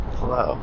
Hello